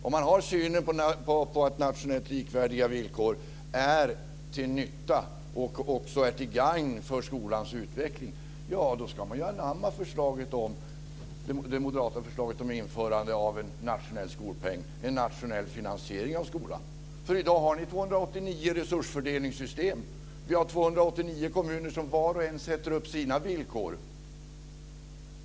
Om man har synen att nationellt likvärdiga villkor är till nytta och gagn för skolans utveckling ska man anamma det moderata förslaget om att införa en nationell skolpeng, dvs. en nationell finansiering av skolan. I dag har ni 289 resursfördelningssystem. Ni har 289 kommuner som var och en sätter upp sina villkor.